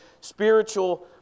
spiritual